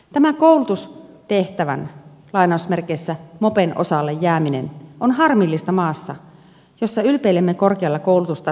tämä koulutustehtävän mopen osalle jääminen on harmillista maassa jossa ylpeilemme korkealla koulutustasollamme